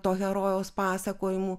to herojaus pasakojimų